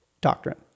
doctrine